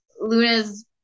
Luna's